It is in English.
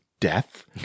death